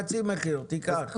חצי מחיר, תיקח.